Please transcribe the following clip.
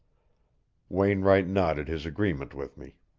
wainwright nodded his agreement with me.